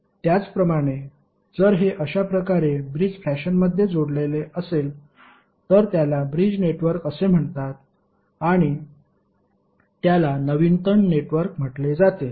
त्याचप्रमाणे जर हे अशा प्रकारे ब्रिज फॅशनमध्ये जोडलेले असेल तर त्याला ब्रिज नेटवर्क असे म्हणतात आणि त्याला नवीनतम नेटवर्क म्हटले जाते